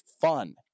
fun